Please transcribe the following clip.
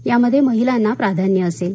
यामध्ये महिलाना प्राधान्य असेल